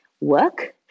work